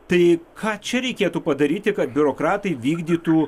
tai ką čia reikėtų padaryti kad biurokratai vykdytų